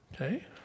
Okay